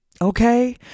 Okay